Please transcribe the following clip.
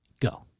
go